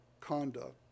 conduct